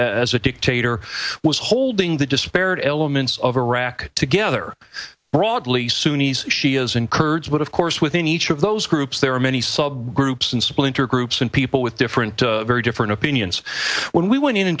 as a dictator was holding the disparate elements of iraq together broadly sunni's shias and kurds but of course within each of those groups there are many subgroups and splinter groups and people with different very different opinions when we went in in